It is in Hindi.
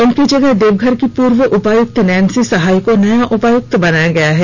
उनकी जगह देवघर की पूर्व उपायुक्त नैंसी सहाय को नया उपायुक्त बनाया गया है